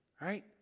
right